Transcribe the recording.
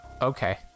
Okay